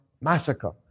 massacre